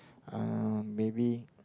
uh maybe